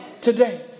today